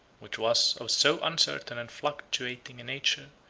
which was of so uncertain and fluctuating a nature,